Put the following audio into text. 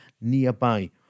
nearby